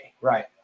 right